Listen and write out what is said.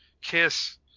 Kiss